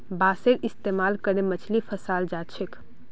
बांसेर इस्तमाल करे मछली फंसाल जा छेक